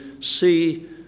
see